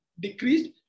decreased